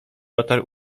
otarł